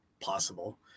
possible